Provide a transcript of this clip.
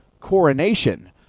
coronation